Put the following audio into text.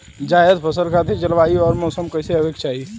जायद फसल खातिर जलवायु अउर मौसम कइसन होवे के चाही?